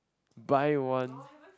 buy one